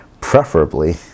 preferably